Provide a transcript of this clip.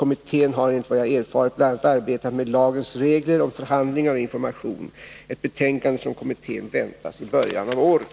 Kommittén har enligt vad jag erfarit bl.a. arbetat med lagens regler om förhandlingar och information. Ett betänkande från kommittén väntas i början av året.